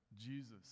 Jesus